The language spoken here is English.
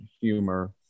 humor